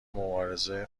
مبارزه